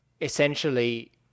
essentially